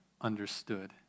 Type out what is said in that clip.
understood